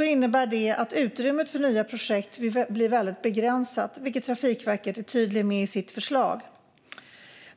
innebär det att utrymmet för nya projekt blir väldigt begränsat, vilket Trafikverket är tydligt med i sitt förslag.